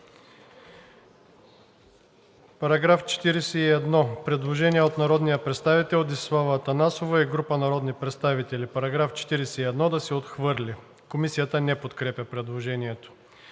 По § 52 има предложение от народния представител Десислава Атанасова и група народни представители: „§ 52 да се отхвърли.“ Комисията не подкрепя предложението.